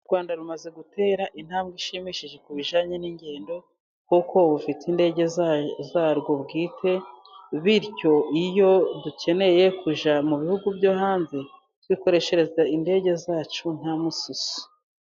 Urwanda rumaze gutera intambwe ishimishije ku bijyananye n'ingendo, kuko rufite indege zarwo bwite, bityo iyo dukeneye kujya mu bihugu byo hanze twikoreshereza indege zacu nta mususu.